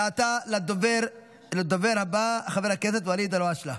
ועתה לדובר הבא, חבר הכנסת ואליד אלהואשלה.